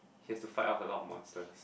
he has to fight off a lot of monsters